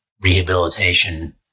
rehabilitation